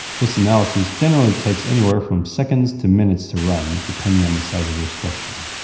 this analysis generally takes anywhere from seconds to minutes to run, depending on the size of your structure.